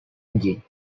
engine